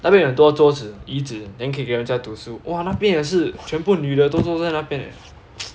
那边有桌子椅子 then 可以给人家读书哇那边也是全部女的都坐在那边 eh